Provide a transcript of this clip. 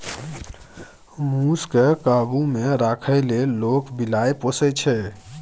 मुस केँ काबु मे राखै लेल लोक बिलाइ पोसय छै